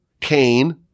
Cain